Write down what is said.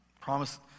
promise